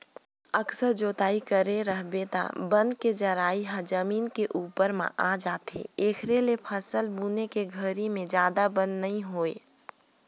अकरस जोतई करे रहिबे त बन के जरई ह जमीन के उप्पर म आ जाथे, एखरे ले फसल बुने के घरी में जादा बन नइ होय